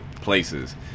places